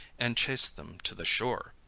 and chased them to the shore.